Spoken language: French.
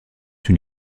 une